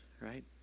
right